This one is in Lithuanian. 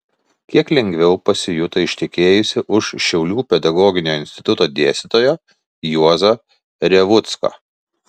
kiek lengviau pasijuto ištekėjusi už šiaulių pedagoginio instituto dėstytojo juozo revucko